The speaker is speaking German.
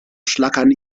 schlackern